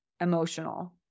emotional